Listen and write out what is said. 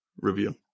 review